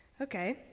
Okay